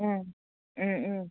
ও ও ও